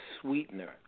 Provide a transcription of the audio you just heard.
sweetener